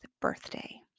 birthday